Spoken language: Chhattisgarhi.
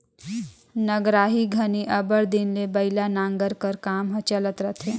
नगराही घनी अब्बड़ दिन ले बइला नांगर कर काम हर चलत रहथे